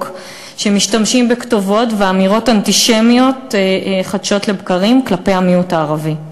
שמשתמשים בכתובות ואמירות אנטישמיות חדשות לבקרים כלפי המיעוט הערבי?